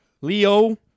Leo